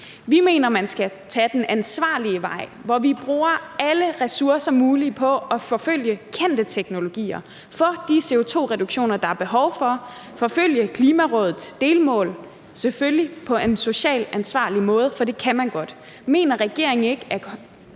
Vi mener, at man skal tage den ansvarlige vej, hvor vi bruger alle ressourcer, der er mulige, på at forfølge kendte teknologier, få de CO2-reduktioner, der er behov for, og forfølge Klimarådets delmål – selvfølgelig på en socialt ansvarlig måde, for det kan man godt. Mener regeringen og